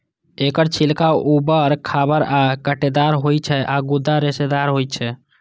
एकर छिलका उबर खाबड़ आ कांटेदार होइ छै आ गूदा रेशेदार होइ छै